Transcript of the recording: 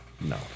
no